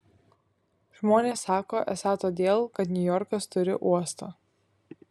žmonės sako esą todėl kad niujorkas turi uostą